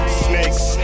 snakes